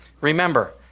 Remember